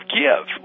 give